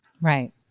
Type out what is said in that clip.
right